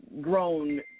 grown